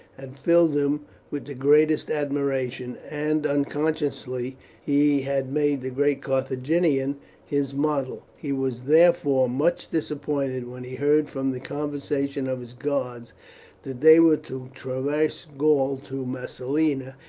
had filled him with the greatest admiration, and unconsciously he had made the great carthaginian his model. he was therefore much disappointed when he heard from the conversation of his guards that they were to traverse gaul to massilia,